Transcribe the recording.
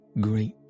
great